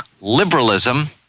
liberalism